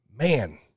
man